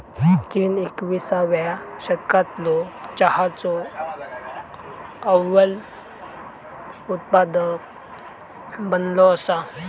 चीन एकविसाव्या शतकालो चहाचो अव्वल उत्पादक बनलो असा